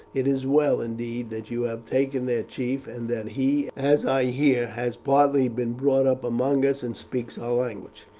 it is well, indeed, that you have taken their chief, and that he, as i hear, has partly been brought up among us and speaks our language.